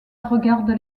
regarde